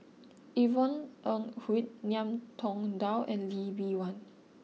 Yvonne Ng Uhde Ngiam Tong Dow and Lee Bee Wah